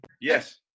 Yes